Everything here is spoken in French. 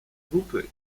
groupe